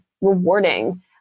rewarding